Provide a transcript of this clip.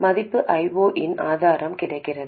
மதிப்பு I0 இன் ஆதாரம் கிடைக்கிறது